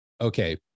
okay